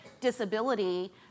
disability